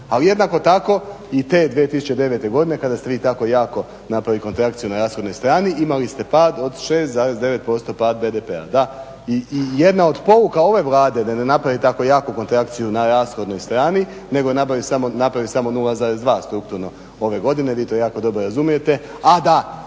Ali jednako tako i te 2009.godine kada ste vi tako jako napravili kontrakciju na rashodnoj strani imali ste pad od 6,9% pad BDP-a. I jedna od pouka ove Vlade je da ne napravi tako jaku kontrakciju na rashodnoj strani nego napravi samo 0,2 strukturno ove godine, vi to jako dobro razumijete,